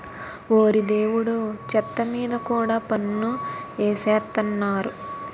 ఓరి దేవుడో చెత్త మీద కూడా పన్ను ఎసేత్తన్నారు